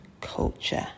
culture